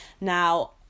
now